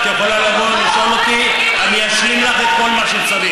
את יכולה לבוא לשאול אותי ואני אשלים לך את כל מה שצריך.